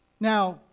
Now